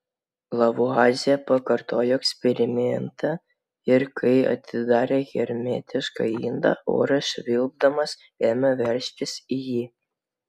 lavuazjė pakartojo eksperimentą ir kai atidarė hermetišką indą oras švilpdamas ėmė veržtis į jį